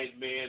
man